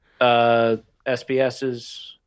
SBSs